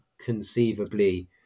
conceivably